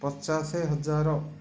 ପଚାଶ ହଜାର